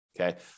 okay